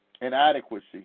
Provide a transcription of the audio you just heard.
inadequacy